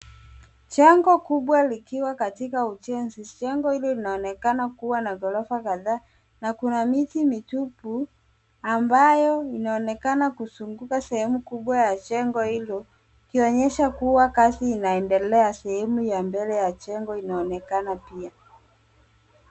Chango kubwa likiwa katika ujenzi. Chengo hilo linaonekana kuwa na ghorofa kadhaa, na kuna miti mitupu ambayo inaonekana kuzunguka sehemu kubwa ya jengo hilo. Ikionyesha kuwa kazi inaendelea sehemu ya mbele ya jengo linaonekana pia.